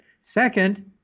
second